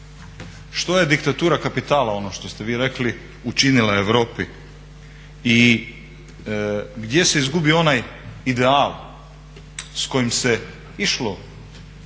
Što je diktatura kapitala ono što ste vi rekli učinila Europi.? I gdje se izgubio onaj ideal s kojim se išlo